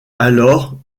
alors